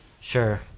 Sure